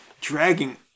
dragging